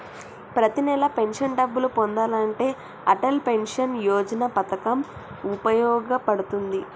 ప్రతి నెలా పెన్షన్ డబ్బులు పొందాలంటే అటల్ పెన్షన్ యోజన పథకం వుపయోగ పడుతుంది